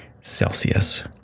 Celsius